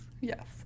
yes